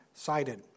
cited